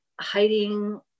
hiding